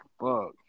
fuck